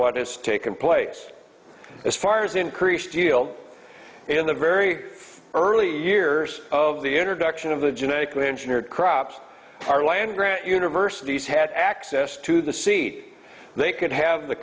what has taken place as far as increase deal in the very early years of the introduction of the genetically engineered crops our land grant universities had access to the seed they could have the